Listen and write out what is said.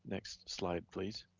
next slide, please.